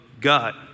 God